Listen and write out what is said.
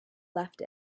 left